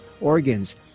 Organs